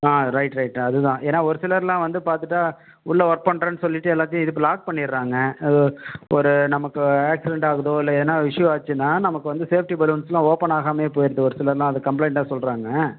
ஆ right right அதுதான் ஏன்னா ஒரு சிலர்லாம் வந்து பார்த்துட்டா உள்ள ஒர்க் பண்றேன்னு சொல்லிவிட்டு எல்லாத்தையும் இது பிளாக் பண்ணிடுறாங்க ஒரு நமக்கு ஆக்சிடன்ட் ஆகுதோ இல்லை எதன்னா இஸ்யூ ஆச்சுன்னா நமக்கு வந்து சேஃப்டி பலூன்ஸ்லாம் ஓப்பன் ஆகாமையே போயிடுது ஒரு சிலர்லாம் அதை கம்பிளைண்ட்டாக சொல்றாங்க